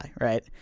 right